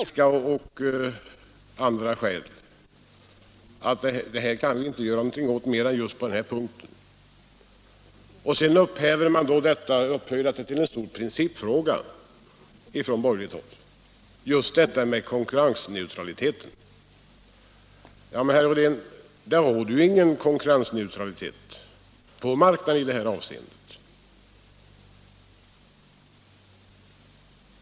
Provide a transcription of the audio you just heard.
Herr talman! Jo, herr Rydén, det här blev en tummatuta! Beträffande uppräkningen i propositionen av de fyra frågor som jag tog upp tidigare och som egentligen syftade till att avskaffa hela 1974 års kungörelse fann ekonomiministern dess bättre så småningom att vi av praktiska och andra skäl inte kan göra något mera på just den här punkten. Sedan gör man på borgerligt håll just konkurrensneutraliteten till en stor principfråga. Men, herr Rydén, det råder ju ingen konkurrensneutralitet på marknaden i detta avseende.